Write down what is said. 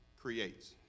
creates